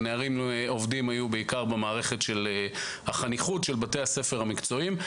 נערים עובדים היו בעיקר במערכת של החניכות של בתי הספר המקצועיים.